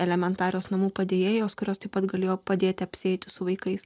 elementarios namų padėjėjos kurios taip pat galėjo padėti apsieiti su vaikais